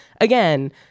again